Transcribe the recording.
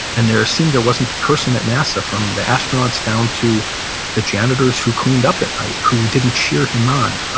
and there seemed, there wasn't a person at nasa, from the astronauts down to the janitors who cleaned up at night, who didn't cheer him on.